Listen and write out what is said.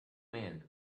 man